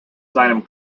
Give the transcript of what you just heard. seinem